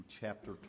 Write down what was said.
chapter